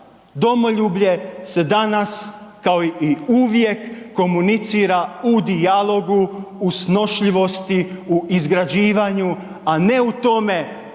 Domoljublje se danas kao i uvijek komunicira u dijalogu, u snošljivosti, u izgrađivanju, a ne u tome